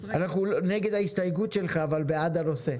אנחנו נגד ההסתייגות שלך, אבל בעד הנושא.